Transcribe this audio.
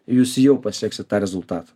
jūs jau pasieksit tą rezultatą